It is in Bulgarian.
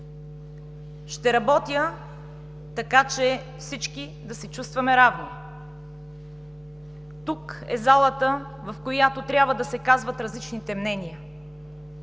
Ще работя така, че всички да се чувстваме равни. Тук е залата, в която трябва да се казват различните мнения.